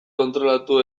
kontrolatu